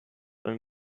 und